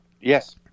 Yes